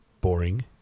boring